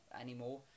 anymore